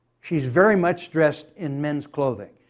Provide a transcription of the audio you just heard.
she's very much dressed in men's clothing.